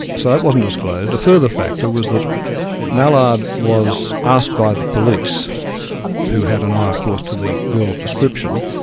so that wasn't disclosed. a further factor was that mallard was asked by the police who had an eye of course to the girl's description,